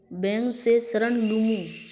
Bank से ऋण लुमू?